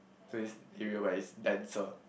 so is area where is denser